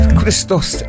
Christos